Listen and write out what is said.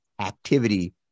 activity